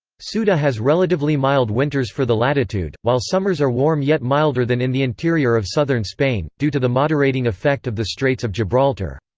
ceuta has relatively mild winters for the latitude, while summers are warm yet milder than in the interior of southern spain, due to the moderating effect of the straits of gibraltar.